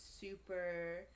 super